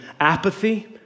apathy